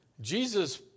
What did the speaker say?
Jesus